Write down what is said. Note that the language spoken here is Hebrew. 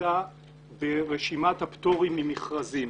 שנעשתה ברשימת הפטורים ממכרזים.